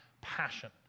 passion